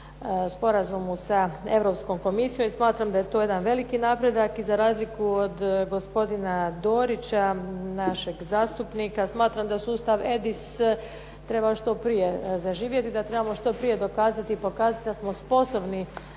sporazumu sa Europskom komisijom. I smatram da je to jedan veliki napredak. I za razliku od gospodina Dorića našeg zastupnika, smatram da sustav EDIS treba što prije zaživjeti i da trebamo što prije dokazati i pokazati da smo sposobni